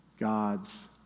God's